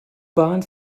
bahn